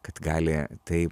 kad gali tai